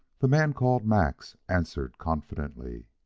the man called max answered confidently.